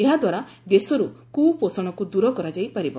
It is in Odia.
ଏହା ଦ୍ୱାରା ଦେଶରୁ କୁପୋଷଣକୁ ଦୂର କରାଯାଇ ପାରିବ